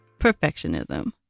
perfectionism